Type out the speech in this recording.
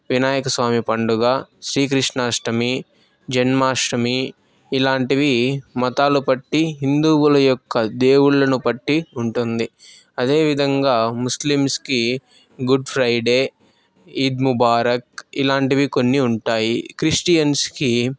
వినాయకస్వామి పండుగ శ్రీ కృష్ణాష్టమి జన్మాష్టమి ఇలాంటివి మతాలు బట్టి హిందువులు యొక్క దేవుళ్లని బట్టి ఉంటుంది అదేవిధంగా ముస్లిమ్స్కి గుడ్ ఫ్రైడే ఈద్ ముబారక్ ఇలాంటివి కొన్ని ఉంటాయి క్రిస్టియన్స్కి